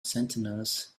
sentinels